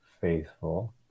faithful